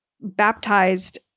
baptized